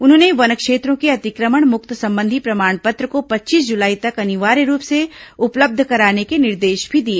उन्होंने वन क्षेत्रों के अतिक्रमण मुक्त संबंधी प्रमाण पत्र को पच्चीस जुलाई तक अनिवार्य रूप से उपलब्ध कराने के निर्देश भी दिए